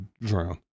Drown